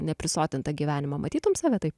neprisotintą gyvenimą matytum save taip